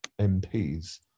MPs